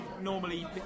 normally